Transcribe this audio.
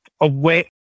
away